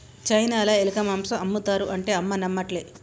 చైనాల ఎలక మాంసం ఆమ్ముతారు అంటే అమ్మ నమ్మట్లే